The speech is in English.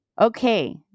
okay